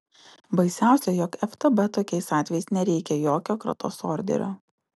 baisiausia jog ftb tokiais atvejais nereikia jokio kratos orderio